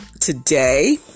today